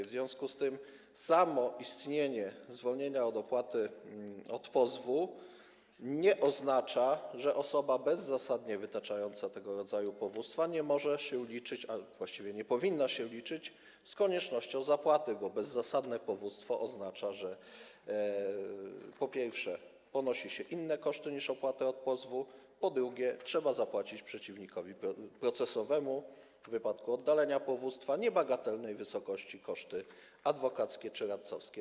W związku z tym samo istnienie zwolnienia od opłaty od pozwu nie oznacza, że osoba bezzasadnie wytaczająca tego rodzaju powództwa może nie liczyć się... a właściwie ona powinna się liczyć z koniecznością zapłaty, bo bezzasadne powództwo oznacza, po pierwsze, że ponosi się koszty inne niż opłata od pozwu, po drugie, że trzeba zapłacić przeciwnikowi procesowemu w wypadku oddalenia powództwa niebagatelnej wysokości koszty adwokackie czy radcowskie.